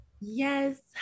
Yes